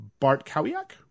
Bartkowiak